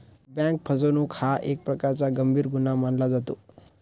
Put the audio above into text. bank फसवणूक हा एक प्रकारचा गंभीर गुन्हा मानला जातो